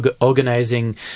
organizing